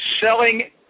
selling